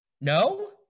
no